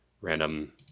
random